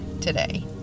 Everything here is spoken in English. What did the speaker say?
today